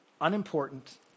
Unimportant